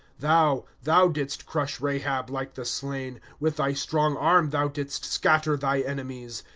thou, thou didst crush rahab like the slain with thy strong arm thou didst scatter thy enemies.